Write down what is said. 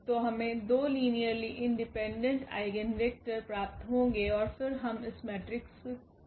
तो हमे दो लीनियर इंडिपेंडेंट आइगेन वेक्टर प्राप्त होगे और फिर हम इस मेट्रिक्स को विकरणीकृत कर सकते हैं